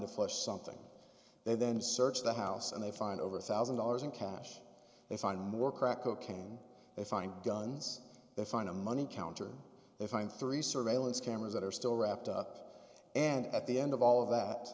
flush something they then search the house and they find over a thousand dollars in cash they find more crack cocaine they find guns they find a money counter they find three surveillance cameras that are still wrapped up and at the end of all of that